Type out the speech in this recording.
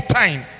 time